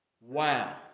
Wow